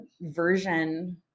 version